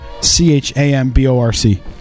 C-H-A-M-B-O-R-C